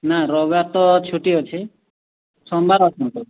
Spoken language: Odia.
ନା ରବିବାର ତ ଛୁଟି ଅଛି ସୋମବାର ଆସନ୍ତୁ